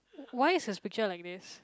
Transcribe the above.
why is his picture like this